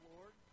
Lord